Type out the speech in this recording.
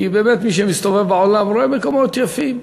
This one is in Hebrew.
כי באמת מי שמסתובב בעולם רואה מקומות יפים,